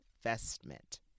investment